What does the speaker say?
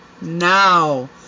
now